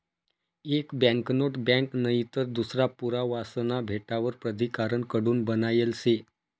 एक banknote bank नईतर दूसरा पुरावासना भेटावर प्राधिकारण कडून बनायेल शे